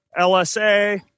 LSA